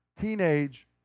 teenage